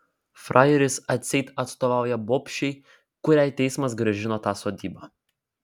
frajeris atseit atstovauja bobšei kuriai teismas grąžino tą sodybą